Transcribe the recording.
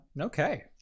okay